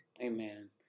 Amen